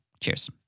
Cheers